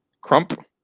Crump